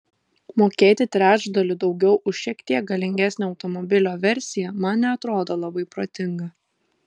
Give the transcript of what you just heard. mokėti trečdaliu daugiau už šiek tiek galingesnę automobilio versiją man neatrodo labai protinga